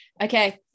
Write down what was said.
Okay